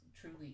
truly